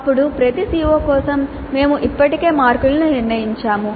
అప్పుడు ప్రతి CO కోసం మేము ఇప్పటికే మార్కులను నిర్ణయించాము